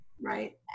Right